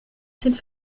sind